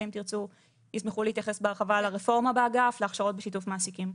שאם תרצו ישמחו להתייחס בהרחבה לרפורמה באגף ולהכשרות בשיתוף מעסיקים.